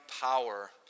power